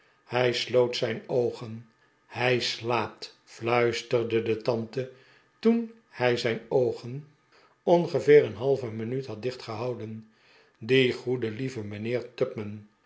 hij sloot zijn oogen hij slaapt fluisterde de tante toen hij zijn oogen ongeveer een halve minuut had dicht gehouden die goede lieve mijnheer